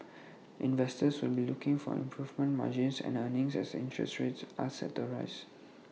investors will be looking for improving margins and earnings as interest rates are set to rise